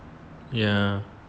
ya